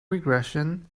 regression